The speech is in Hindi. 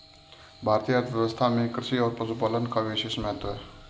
भारतीय अर्थव्यवस्था में कृषि और पशुपालन का विशेष महत्त्व है